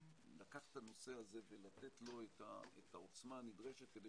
לקחת את הנושא הזה ולתת לו את העוצמה הנדרשת כדי